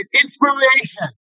inspiration